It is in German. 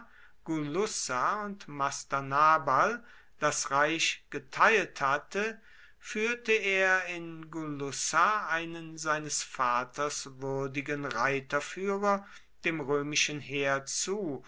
das reich geteilt hatte führte er in gulussa einen seines vaters würdigen reiterführer dem römischen heer zu